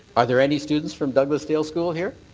are there any students from douglasdale school here?